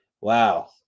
Wow